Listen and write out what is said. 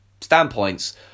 standpoints